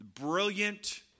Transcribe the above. brilliant